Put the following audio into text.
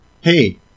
Hey